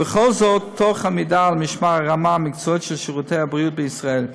וכל זאת תוך עמידה על משמר הרמה המקצועית של שירותי הבריאות בישראל.